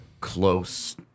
close